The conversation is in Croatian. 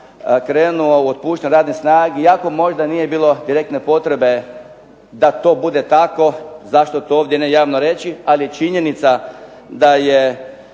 krenuo u otpuštanje radne snage iako možda nije bilo direktne potrebe da to bude tako, zašto to ovdje ne javno reći. Ali činjenica da je